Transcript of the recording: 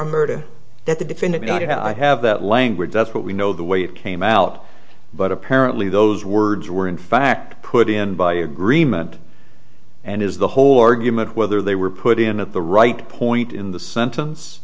murder that the definitive not how i have that language that's what we know the way it came out but apparently those words were in fact put in by agreement and is the whole argument whether they were put in at the right point in the sentence